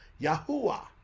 Yahuwah